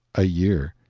a year.